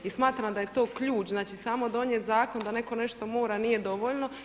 I smatram da je to ključ, znači samo donijet zakon da netko nešto mora nije dovoljno.